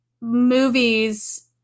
movies –